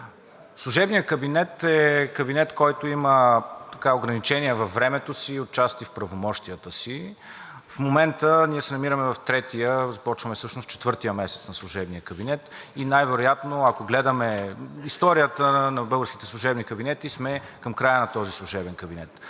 Служебният кабинет е кабинет, който има ограничения във времето си и отчасти в правомощията си. В момента ние се намираме в третия месец, започваме всъщност четвъртия месец на служебния кабинет и най-вероятно, ако гледаме историята на българските служебни кабинети, сме към края на този служебен кабинет.